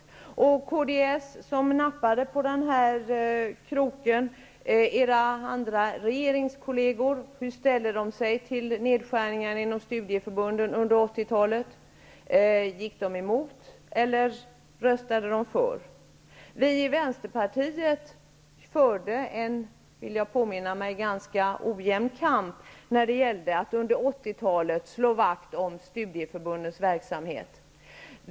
Jag vill också fråga kds som nappade på den här kroken hur era andra regeringskolleger ställde sig till nedskärningarna inom studieförbunden under 80-talet. Gick de emot eller röstade de för? Vi i Vänsterpartiet förde en, vill jag påminna mig, ganska ojämn kamp när det gällde att under 80 talet slå vakt om studieförbundens verksamhet.